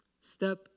Step